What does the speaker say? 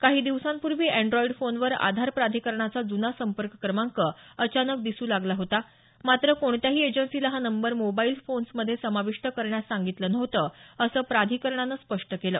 काही दिवसांपूर्वी एन्ड्रॉईड फोनवर आधार प्राधिकरणाचा जुना संपर्क क्रमांक अचानक दिसू लागला होता मात्र कोणत्याही एजन्सीला हा नंबर मोबाईल फोन्स मध्ये समाविष्ट करण्यास सांगितलं नव्हतं असं प्राधिकरणानं स्पष्ट केलं